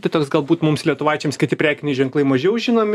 tai toks galbūt mums lietuvaičiams kiti prekiniai ženklai mažiau žinomi